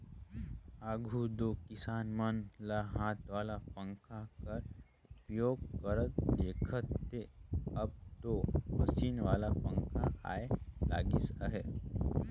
आघु दो किसान मन ल हाथ वाला पंखा कर उपयोग करत देखथे, अब दो मसीन वाला पखा आए लगिस अहे